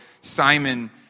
Simon